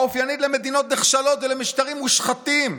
האופיינית למדינות נחשלות ולמשטרים מושחתים,